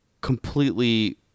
completely